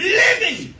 living